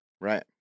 Right